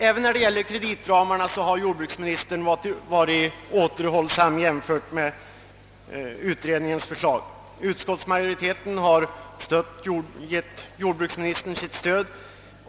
Även när det gäller kreditramarna har jordbruksministern varit återhållsam, jämfört med utredningens förslag. Utskottsmajoriteten har gett jordbruksministern sitt stöd.